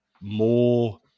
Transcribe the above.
more